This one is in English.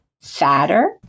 fatter